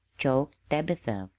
choked tabitha,